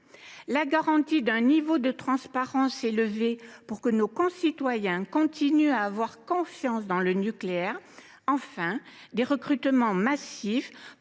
de garantir un niveau de transparence élevé pour que nos concitoyens continuent d’avoir confiance dans le nucléaire. Enfin, il faut procéder à des recrutements massifs